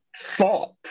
thought